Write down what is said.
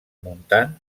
muntant